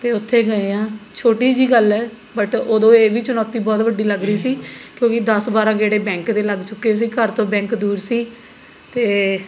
ਅਤੇ ਉੱਥੇ ਗਏ ਹਾਂ ਛੋਟੀ ਜਿਹੀ ਗੱਲ ਹੈ ਬਟ ਉਦੋਂ ਇਹ ਵੀ ਚੁਣੌਤੀ ਬਹੁਤ ਵੱਡੀ ਲੱਗ ਰਹੀ ਸੀ ਕਿਉਂਕਿ ਦਸ ਬਾਰ੍ਹਾਂ ਗੇੜੇ ਬੈਂਕ ਦੇ ਲੱਗ ਚੁੱਕੇ ਸੀ ਘਰ ਤੋਂ ਬੈਂਕ ਦੂਰ ਸੀ ਅਤੇ